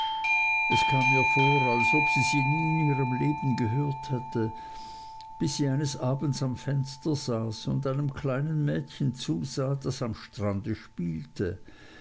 es kam ihr vor als ob sie sie nie in ihrem leben gehört hätte bis sie eines abends am fenster saß und einem kleinen mädchen zusah das am strande spielte